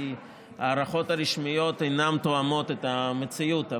כי ההערכות הרשמיות אינן תואמות את המציאות.